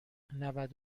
نود